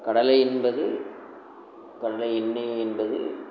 கடலை என்பது கடலை எண்ணெய் என்பது